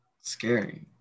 Scary